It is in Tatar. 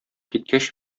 киткәч